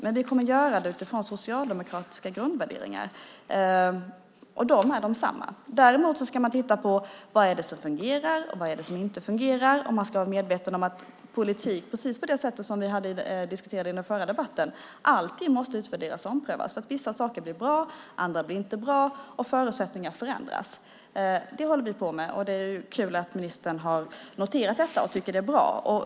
Men vi kommer att göra det utifrån socialdemokratiska grundvärderingar. De är desamma. Man ska titta på vad det är som fungerar och vad det är som inte fungerar. Man ska vara medveten om att politik, precis på det sätt som vi diskuterade i den förra debatten, alltid måste utvärderas och omprövas. Vissa saker blir bra, andra blir inte bra, och förutsättningarna förändras. Detta håller vi på med, och det är kul att ministern har noterat detta och tycker att det är bra.